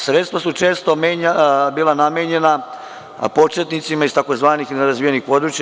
Sredstva su često bila namenjena početnicima iz tzv. nerazvijenih područja.